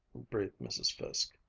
breathed mrs. fiske,